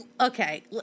okay